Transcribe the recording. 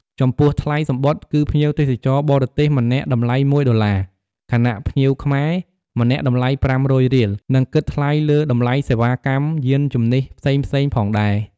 ចំពោះថ្លៃសំបុត្រ គឺភ្ញៀវទេសចរបរទេសម្នាក់តម្លៃមួយដុល្លារ ខណ:ភ្ញៀវខ្មែរម្នាក់តម្លៃប្រាំរយរៀល និងគិតថ្លៃលើតម្លៃសេវាកម្មយានជំនិះផ្សេងៗផងដែរ។